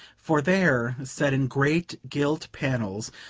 for there, set in great gilt panels,